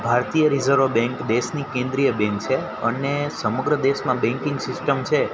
ભારતીય reserve bank દેશની કેન્દ્રીય બેન્ક છે અને સમગ્ર દેસમાં બેન્કિંગ સિસ્ટમ છે